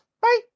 Bye